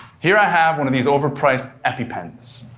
here i have one of these overpriced epipens.